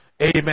Amen